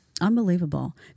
Unbelievable